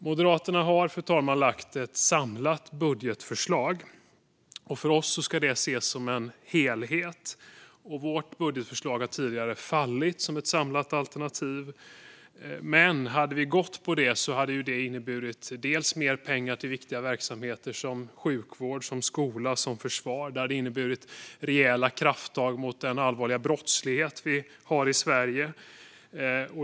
Moderaterna har lagt fram ett samlat budgetförslag. Det ska ses som en helhet. Vårt budgetförslag har tidigare fallit som ett samlat alternativ. Men om vi hade gått på det hade det inneburit mer pengar till viktiga verksamheter som sjukvård, skola och försvar. Det hade inneburit rejäla krafttag mot den allvarliga brottslighet vi har i Sverige.